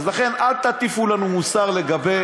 אז לכן, אל תטיפו לנו מוסר לגבי